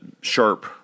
sharp